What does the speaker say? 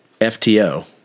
FTO